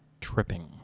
tripping